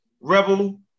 Rebel